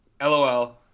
Lol